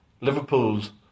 Liverpool's